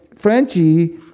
Frenchie